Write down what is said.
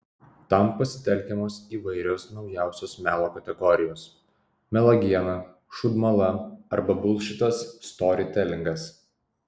tam pasitelkiamos įvairios naujausios melo kategorijos melagiena šūdmala arba bulšitas storytelingas